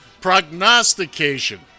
prognostication